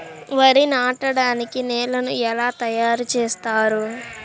వరి నాటడానికి నేలను ఎలా తయారు చేస్తారు?